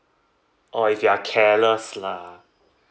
oh if you are careless lah